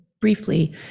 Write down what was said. briefly